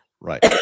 Right